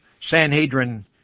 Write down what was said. Sanhedrin